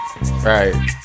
Right